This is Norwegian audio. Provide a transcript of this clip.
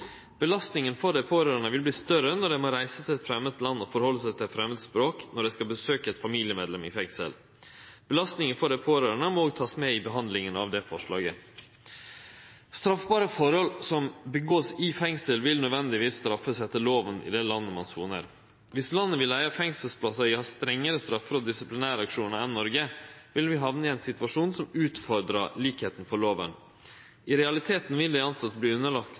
Belastninga på dei pårørande vil verte større når dei må reise til eit framand land og hanskast med eit framand språk når dei skal besøkje eit familiemedlem i fengsel. Belastninga for dei pårørande må òg takast med i behandlinga av det forslaget. Straffbare forhold som vert utførte i fengsel, vil nødvendigvis verte straffa etter loven i det landet der ein sonar. Dersom landet vi leiger fengselsplassar i har strengare straffe- og disiplinærreaksjonar enn i Noreg, vil vi hamne i ein situasjon som utfordrar likskapen for loven. I realiteten vil